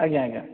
ଆଜ୍ଞା ଆଜ୍ଞା